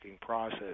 process